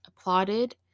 applauded